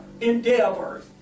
endeavors